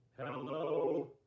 Hello